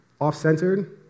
off-centered